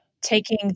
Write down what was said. taking